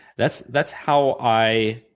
that's that's how i